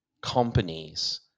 companies